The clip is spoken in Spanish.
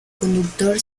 conductor